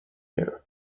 year